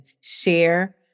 share